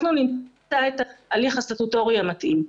אנחנו נמצא את ההליך הסטטוטורי המתאים.